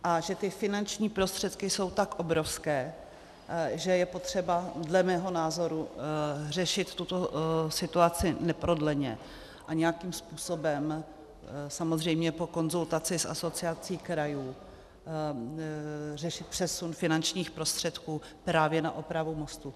A že finanční prostředky jsou tak obrovské, že je potřeba dle mého názoru řešit tuto situaci neprodleně a nějakým způsobem samozřejmě po konzultaci s Asociací krajů řešit přesun finančních prostředků právě na opravy mostů.